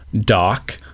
doc